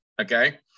Okay